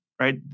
right